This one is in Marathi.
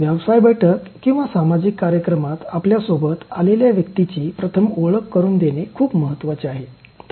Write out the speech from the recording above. व्यवसाय बैठक किंवा सामाजिक कार्यक्रमात आपल्यासोबत आलेल्या व्यक्तीची प्रथम ओळख करून देणे खूप महत्वाचे आहे